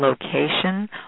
location